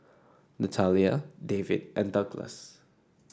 Natalia David and Douglass